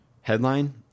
headline